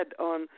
on